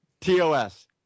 TOS